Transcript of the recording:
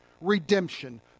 redemption